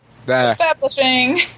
Establishing